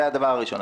זה הדבר הראשון.